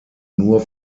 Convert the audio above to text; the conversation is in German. nur